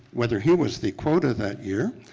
whether he was the quota that year